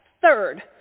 third